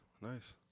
nice